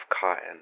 cotton